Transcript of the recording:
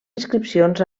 inscripcions